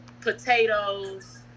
potatoes